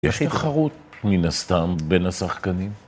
יש יחרות מן הסתם בין השחקנים.